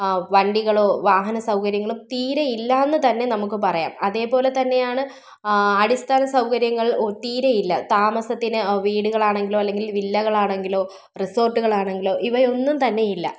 ആ വണ്ടികളോ വാഹനസൗകര്യങ്ങൾ തീരെ ഇല്ലയെന്ന് തന്നെ നമുക്ക് പറയാം അതേപോലെ തന്നെയാണ് അടിസ്ഥാന സൗകര്യങ്ങൾ ഓ തീരെ ഇല്ല താമസത്തിന് വീടുകളാണെങ്കിലോ അല്ലെങ്കിൽ വില്ലകളാണെങ്കിലോ റിസോർട്ടുകളാണെങ്കിലോ ഇവയൊന്നും തന്നെ ഇല്ല